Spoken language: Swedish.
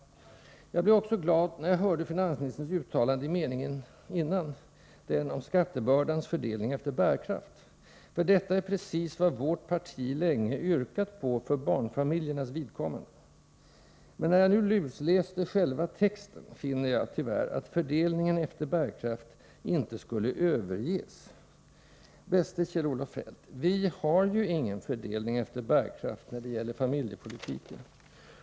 Jag blev även glad över finansministerns uttalande i meningen innan, den om skattebördans fördelning efter bärkraft. Det är precis vad vårt parti länge yrkat på för barnfamiljernas vidkommande. Men efter att ha lusläst själva texten finner jag, tyvärr, att ”fördelningen efter bärkraft” inte skall överges. Bäste Kjell-Olof Feldt, vi har ingen fördelning efter bärkraft när det gäller familjepolitiken.